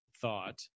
thought